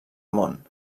món